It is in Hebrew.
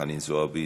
חנין זועבי,